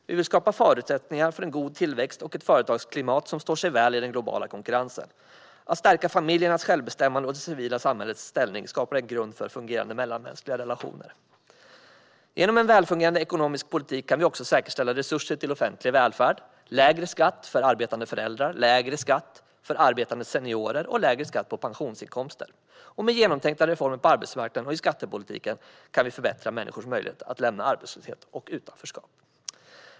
Vi vill skapa förutsättningar för en god tillväxt och ett företagsklimat som står sig väl i den globala konkurrensen. Att stärka familjernas självbestämmande och det civila samhällets ställning skapar en grund för fungerande mellanmänskliga relationer. Genom en välfungerande ekonomisk politik kan vi också säkerställa resurser till offentlig välfärd, lägre skatt för arbetande föräldrar, lägre skatt för arbetande seniorer och lägre skatt på pensionsinkomster. Med genomtänkta reformer på arbetsmarknaden och i skattepolitiken kan vi förbättra människors möjlighet att lämna arbetslöshet och utanförskap.